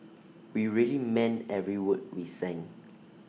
we really meant every word we sang